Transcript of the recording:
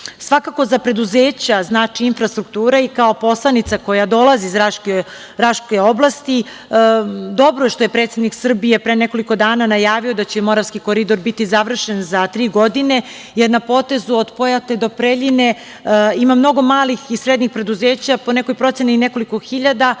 države. Svakako za preduzeća znači infrastruktura i kao poslanica koja dolazi iz Raške oblasti, dobro je što je predsednik Srbije pre nekoliko najavio da će Moravski koridor biti završen za tri godine, jer na potezu od Pojate do Preljine ima mnogo malih i srednjih preduzeća, po nekoj proceni i nekoliko hiljada,